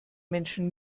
menschen